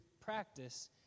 practice